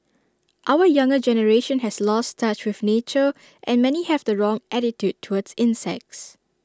our younger generation has lost touch with nature and many have the wrong attitude towards insects